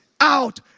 out